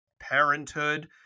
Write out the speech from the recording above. parenthood